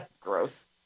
Gross